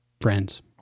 friends